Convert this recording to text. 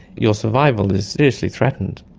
your survival is seriously threatened.